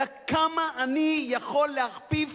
אלא כמה אני יכול להכפיף